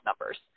numbers